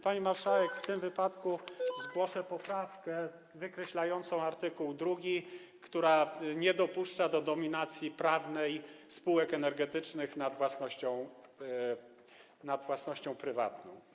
Pani marszałek, w tym wypadku zgłoszę poprawkę wykreślającą art. 2, która nie dopuszcza do dominacji prawnej spółek energetycznych nad własnością prywatną.